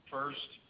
First